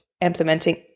implementing